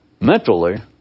Mentally